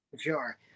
sure